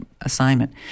assignment